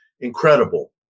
incredible